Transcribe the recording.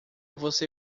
você